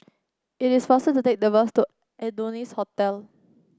it is faster to take the bus to Adonis Hotel